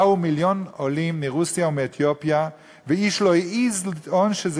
באו מיליון עולים מרוסיה ומאתיופיה ואיש לא העז לטעון שזה